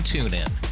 TuneIn